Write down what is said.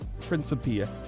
Principia